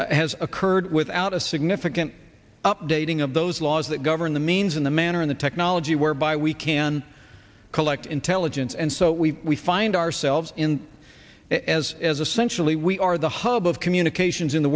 has occurred without a significant updating of those laws that govern the means in the manner in the technology whereby we can collect intelligence and so we find ourselves in as as a centrally we are the hub of communications in the